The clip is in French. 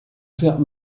faire